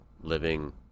living